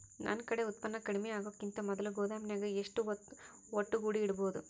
ನನ್ ಕಡೆ ಉತ್ಪನ್ನ ಕಡಿಮಿ ಆಗುಕಿಂತ ಮೊದಲ ಗೋದಾಮಿನ್ಯಾಗ ಎಷ್ಟ ಹೊತ್ತ ಒಟ್ಟುಗೂಡಿ ಇಡ್ಬೋದು?